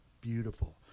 beautiful